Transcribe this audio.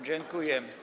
Dziękuję.